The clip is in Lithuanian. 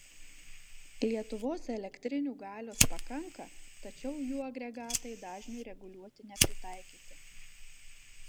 lietuvos elektrinių galios pakanka tačiau jų agregatai dažniui reguliuoti nepritaikyti